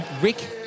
Rick